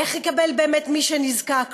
איך יקבל באמת מי שנזקק לו,